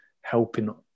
helping